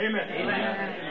Amen